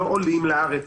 לא עולים לארץ